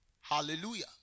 Hallelujah